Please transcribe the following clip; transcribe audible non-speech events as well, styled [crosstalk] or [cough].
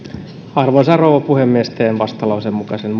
arvoisa rouva puhemies teen vastalauseen mukaisen [unintelligible]